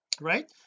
right